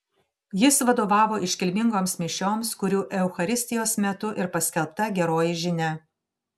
jis vadovavo iškilmingoms mišioms kurių eucharistijos metu ir paskelbta geroji žinia